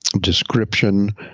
description